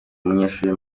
umunyeshuri